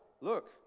look